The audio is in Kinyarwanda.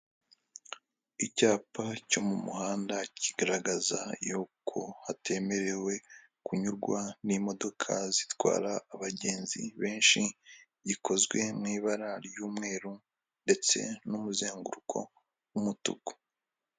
Icyapa cyo mu muhanda kigaragaza yuko hatemerewe kunyurwa n'imodoka zitwara abagenzi benshi, gikozwe mu ibara ry'umweru ndetse n'umuzenguruko w'umutuku.